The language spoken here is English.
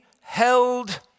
held